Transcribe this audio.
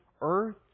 earth